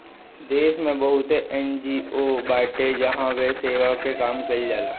देस में बहुते एन.जी.ओ बाटे जहवा पे सेवा के काम कईल जाला